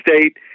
state